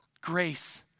Grace